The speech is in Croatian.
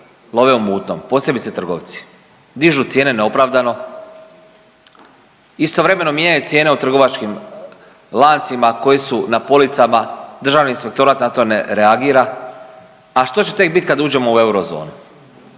love u mutnom posebice trgovci. Dižu cijene neopravdano, istovremeno mijenjaju cijene u trgovačkim lancima koji su na policama. Državni inspektorat na to ne reagira, a što će tek bit kad uđemo u eurozonu.